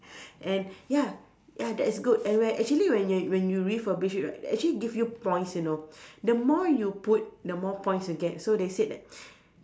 and ya ya that's good and when actually when you when you refurbish right they actually give you points you know the more you put the more points you get so they said that